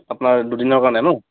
আপোনাৰ দুদিনৰ কাৰণে ন'